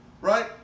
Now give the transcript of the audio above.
right